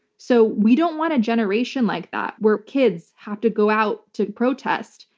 so we don't want a generation like that where kids have to go out to protest,